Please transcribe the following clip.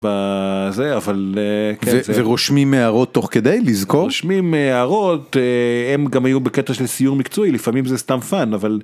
זה אבל זה רושמים הערות תוך כדי לזכור רושמים הערות הם גם היו בקטע של סיור מקצועי לפעמים זה סתם פאן אבל.